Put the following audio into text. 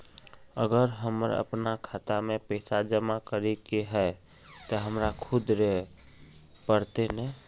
अगर हमर अपना खाता में पैसा जमा करे के है ते हमरा खुद रहे पड़ते ने?